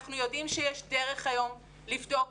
אנחנו יודעים שיש דרך היום לבדוק.